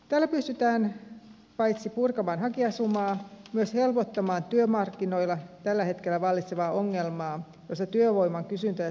tällä pystytään paitsi purkamaan hakijasumaa myös helpottamaan työmarkkinoilla tällä hetkellä vallitsevaa ongelmaa jossa työvoiman kysyntä ja tarjonta eivät kohtaa